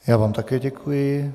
Já vám také děkuji.